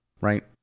right